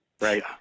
right